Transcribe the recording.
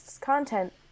content